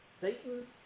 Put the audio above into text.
Satan